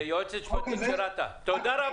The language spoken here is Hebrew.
תודה.